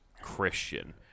Christian